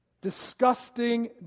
disgusting